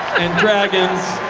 and dragons.